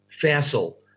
facile